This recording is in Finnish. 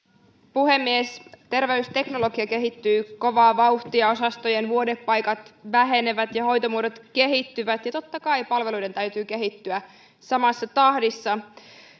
puhemies terveysteknologia kehittyy kovaa vauhtia osastojen vuodepaikat vähenevät ja hoitomuodot kehittyvät ja totta kai palveluiden täytyy kehittyä samassa tahdissa